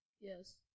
Yes